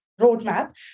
roadmap